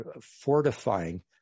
fortifying